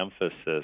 emphasis